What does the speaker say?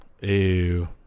Ew